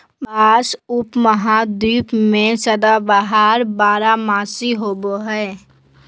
बाँस उपमहाद्वीप में सदाबहार बारहमासी होबो हइ